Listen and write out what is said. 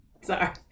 Sorry